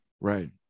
right